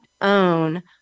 own